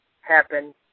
happen